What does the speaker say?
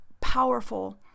powerful